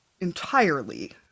entirely